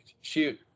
shoot